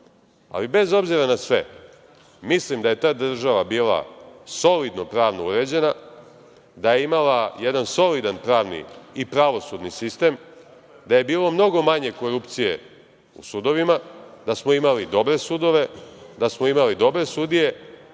ali bez obzira na sve, mislim da je ta država bila solidno pravno uređena, da je imala jedan solidan pravni i pravosudni sistem, da je bilo mnogo manje korupcije u sudovima, da smo imali dobre sudove, da smo imali dobre sudije,